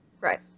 Right